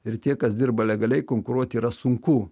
ir tie kas dirba legaliai konkuruot yra sunku